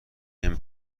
نمی